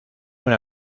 una